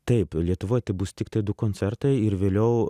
taip lietuvoj tai bus tiktai du koncertai ir vėliau